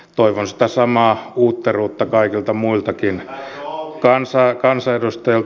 toivon sitä samaa uutteruutta kaikilta muiltakin kansanedustajilta